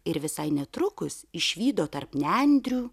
ir visai netrukus išvydo tarp nendrių